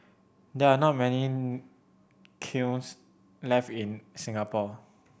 there are not many kilns left in Singapore